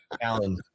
alan